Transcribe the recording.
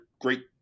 great